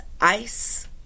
ice